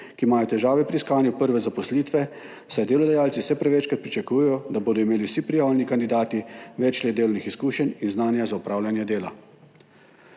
ki imajo težave pri iskanju prve zaposlitve, saj delodajalci vse prevečkrat pričakujejo, da bodo imeli vsi prijavljeni kandidati več let delovnih izkušenj in znanja za opravljanje dela.